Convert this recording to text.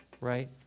right